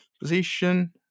position